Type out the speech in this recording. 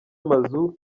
amazu